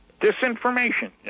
Disinformation